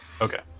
okay